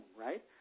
Right